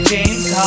James